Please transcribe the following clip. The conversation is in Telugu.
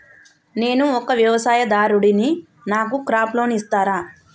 నేను ఒక వ్యవసాయదారుడిని నాకు క్రాప్ లోన్ ఇస్తారా?